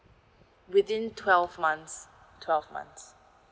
within twelve months twelve months